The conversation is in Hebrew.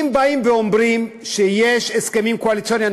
אם באים ואומרים שיש הסכמים קואליציוניים,